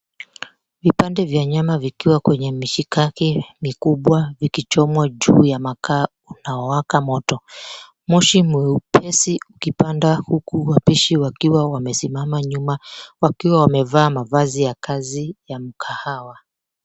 Vipande vya nyama vikiwa kwenye mishikaki mikubwa vikichomwa juu ya makaa inayowaka moto. Moshi mwepesi ukipanda huku wapishi wakiwa wamesimama nyuma wakiwa wamevaa mavazi ya kazi ya mkahawa.